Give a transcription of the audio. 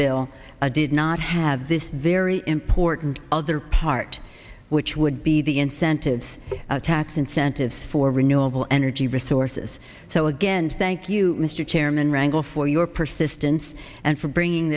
bill did not have this very important other part which would be the incentives tax incentives for renewable energy resources so again thank you mr chairman rangle for your persistence and for bringing